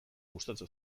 gustatzen